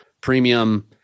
premium